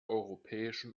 europäischen